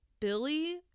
Billy